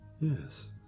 Yes